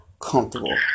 comfortable